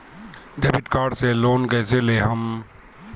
Debit card से loan कईसे लेहम?